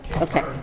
okay